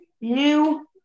new